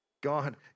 God